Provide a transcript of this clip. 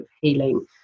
healing